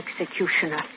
executioner